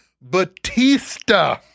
Batista